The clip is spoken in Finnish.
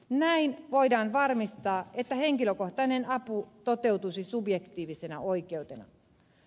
näin voidaan varmistaa että henkilökohtainen apu toteutuisi subjektiivisena oikeutena